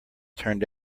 turned